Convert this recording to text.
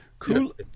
cool